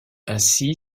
ainsi